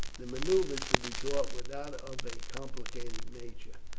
the manoeuvres to be taught were not of a complicated nature.